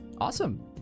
Awesome